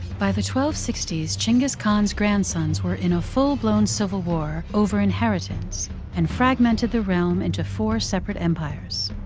by the twelve sixty s, chinggis khan's grandsons were in a full blown civil war over inheritance and fragmented the realm into four separate empires.